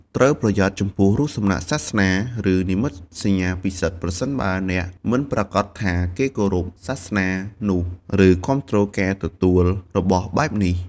ត្រូវប្រយ័ត្នចំពោះរូបសំណាកសាសនា ឬនិមិត្តសញ្ញាពិសិដ្ឋ ប្រសិនបើអ្នកមិនប្រាកដថាគេគោរពសាសនានោះ ឬគាំទ្រការទទួលរបស់បែបនេះ។